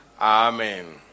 Amen